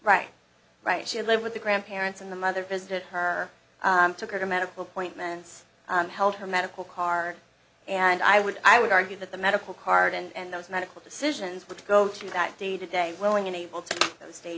right right she lived with the grandparents and the mother visited her took her to medical appointments held her medical card and i would i would argue that the medical card and those medical decisions were to go to that day to day willing and able to sta